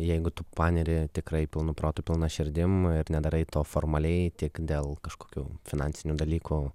jeigu tu paneri tikrai pilnu protu pilna širdim ir nedarai to formaliai tik dėl kažkokių finansinių dalykų